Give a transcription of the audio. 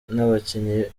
n’abakinnyi